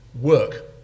work